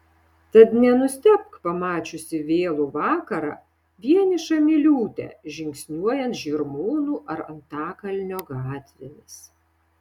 tad nenustebk pamačiusi vėlų vakarą vienišą miliūtę žingsniuojant žirmūnų ar antakalnio gatvėmis